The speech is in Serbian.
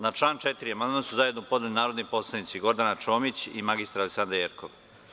Na član 4. amandman su zajedno podneli narodni poslanici Gordana Čomić i mr Aleksandra Jerkov.